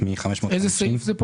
איזה סעיף זה?